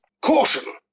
Caution